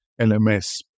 LMS